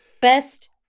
best